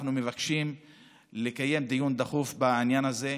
אנחנו מבקשים לקיים דיון דחוף בעניין הזה.